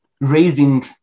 raising